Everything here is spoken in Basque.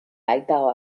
baitago